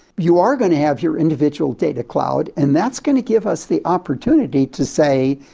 you are going to have your individual data cloud, and that's going to give us the opportunity to say,